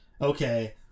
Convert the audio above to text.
okay